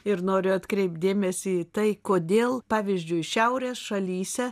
ir noriu atkreipt dėmesį į tai kodėl pavyzdžiui šiaurės šalyse